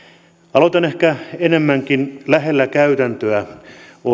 aloitan ehkä enemmänkin lähellä käytäntöä olevista